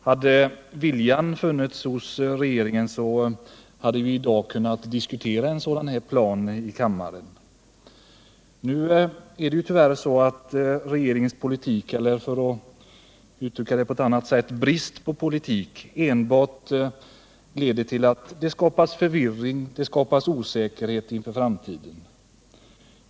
Hade viljan funnits hos regeringen, hade vi i dag i kammaren kunnat diskutera en sådan plan. Tyvärr är det så att regeringens politik — eller kanske snarare brist på politik —leder till att det enbart skapas förvirring och osäkerhet inför framtiden.